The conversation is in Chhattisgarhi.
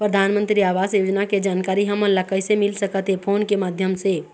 परधानमंतरी आवास योजना के जानकारी हमन ला कइसे मिल सकत हे, फोन के माध्यम से?